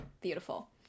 Beautiful